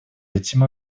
этим